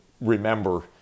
remember